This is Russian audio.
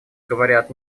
говорят